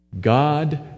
God